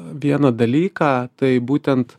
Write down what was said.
vieną dalyką tai būtent